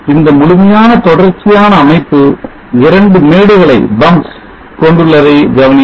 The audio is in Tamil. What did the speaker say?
இந்த முழுமையான தொடர்ச்சியான அமைப்பு 2 மேடுகளை கொண்டுள்ளதை கவனியுங்கள்